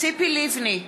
ציפי לבני,